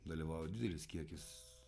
dalyvauja didelis kiekis